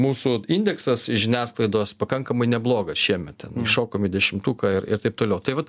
mūsų indeksas į žiniasklaidos pakankamai neblogas šiemet šokom į dešimtuką ir ir taip toliau tai vat